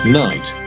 night